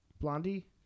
Blondie